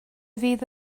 fydd